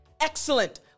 excellent